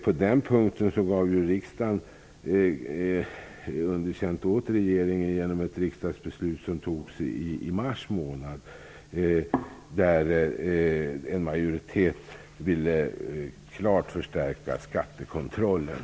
På den punkten gav ju riksdagen underkänt åt regeringen, genom ett riksdagsbeslut som fattades i mars månad, där en majoritet ville klart förstärka skattekontrollen.